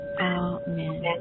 Amen